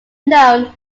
known